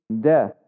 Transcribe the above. death